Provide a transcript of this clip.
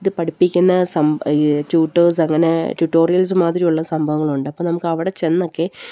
ഇത് പഠിപ്പിക്കുന്ന some tutors അങ്ങനെ ട്യൂട്ടോറിയൽസ് മാതിരിയുള്ള സംഭവങ്ങളുണ്ട് അപ്പോള് നമുക്ക് അവിടെ ചെന്നൊക്കെ